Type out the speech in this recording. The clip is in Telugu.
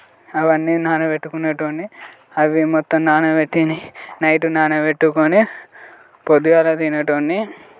అవన్నీ నానబెట్టుకునేటి వాన్ని అవి మొత్తం నానబెట్టి నైట్ నానబెట్టుకొని పొద్దుగాల తినేటోడ్ని